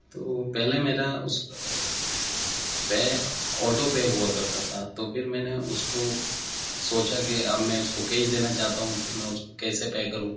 تو پہلے میرا اس کا پے آٹو پے ہوا کرتا تھا تو پھر میں نے اس کو سوچا کہ اب میں اس کو کیش دینا چاہتا ہوں تو میں اس کو کیسے پے کروں